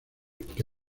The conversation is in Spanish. que